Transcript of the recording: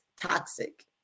toxic